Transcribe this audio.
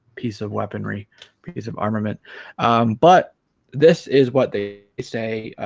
piece of weaponry piece of armament but this is what they say